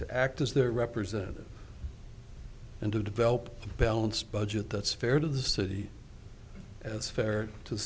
to act as their representative and to develop a balanced budget that's fair to the city as fair to